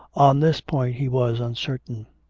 on this point he was uncertain,